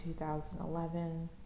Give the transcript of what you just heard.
2011